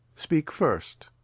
speak first.